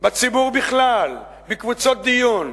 בציבור בכלל, בקבוצות דיון,